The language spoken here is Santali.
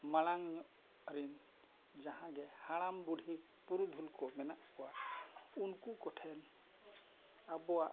ᱢᱟᱲᱟᱝ ᱧᱚᱜ ᱨᱮᱱ ᱡᱟᱦᱟᱸ ᱜᱮ ᱦᱟᱲᱟᱢ ᱵᱩᱰᱷᱤ ᱯᱩᱨᱩᱫᱷᱩᱞ ᱠᱚ ᱢᱮᱱᱟᱜ ᱠᱚᱣᱟ ᱩᱱᱠᱩ ᱠᱚᱴᱷᱮᱱ ᱟᱵᱚᱣᱟᱜ